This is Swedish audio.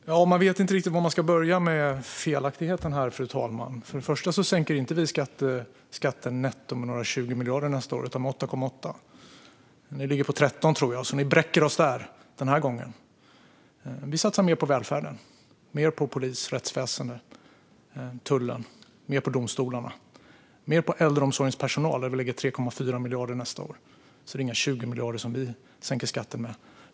Fru talman! Jag vet inte riktigt var jag ska börja med felaktigheterna. För det första sänker vi inte skatten netto med några 20 miljarder nästa år utan med 8,8. Ni ligger på 13, tror jag, så ni bräcker oss denna gång. Vi satsar mer på välfärd och rättsväsen - polis, tull och domstolar - och vi satsar 3,4 miljarder på äldreomsorgens personal nästa år. Det är alltså inga 20 miljarder vi sänker skatten med.